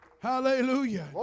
Hallelujah